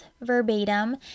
verbatim